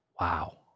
Wow